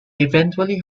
eventually